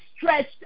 Stretched